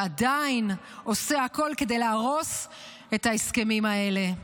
ועדיין עושה הכול כדי להרוס את ההסכמים האלה.